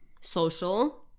social